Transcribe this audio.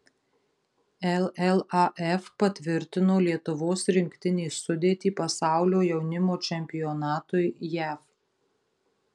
llaf patvirtino lietuvos rinktinės sudėtį pasaulio jaunimo čempionatui jav